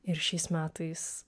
ir šiais metais